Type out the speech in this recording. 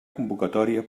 convocatòria